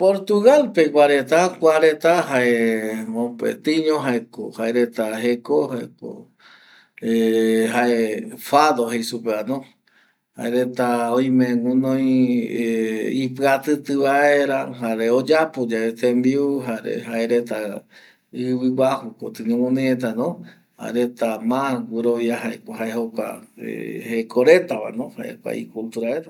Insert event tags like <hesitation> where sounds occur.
Portugal pegua reta kua reta jae mopetiño jaeko jaereta jeko <hesitation> jae fado jei supevano jaereta oime guɨnoi <hesitation> ipɨatɨtɨ vaera jare oyapo yae jare oyapo yave tembiu jare jaereta ɨvɨguajukotɨ ñoguɨnoi retano jaereta ma guɨrovia jaeko jaereta ma jaeko jae jeko retavano jae kua icultura reta